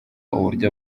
uburyo